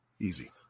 Easy